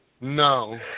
No